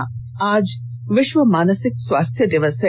से स आज विश्व मानसिक स्वास्थ्य दिवस है